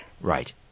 Right